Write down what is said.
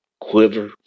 quiver